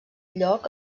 lloc